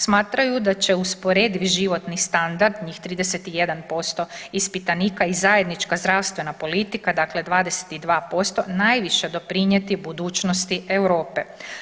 Smatraju da će usporediv životni standard, njih 31% ispitanika i zajednička zdravstvena politika, dakle 22% najviše doprinjeti budućnosti Europe.